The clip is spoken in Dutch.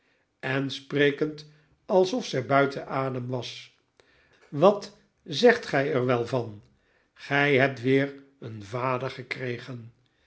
en sprekend alsof zij buiten adem was wat zegt gij er wel van gij hebt weer een vader gekregen